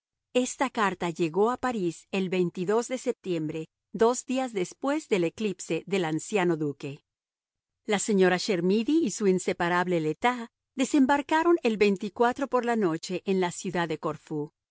esta carta llegó a parís el de septiembre dos días después del eclipse del anciano duque la señora chermidy y su inseparable le tas desembarcaron el por la noche en la ciudad de corfú